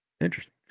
interesting